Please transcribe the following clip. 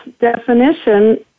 definition